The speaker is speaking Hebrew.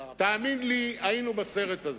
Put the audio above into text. תאמין לי, היינו בסרט הזה.